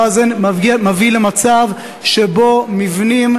הדבר הזה מביא למצב שבו מבנים,